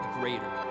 Greater